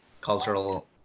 cultural